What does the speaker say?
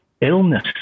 illness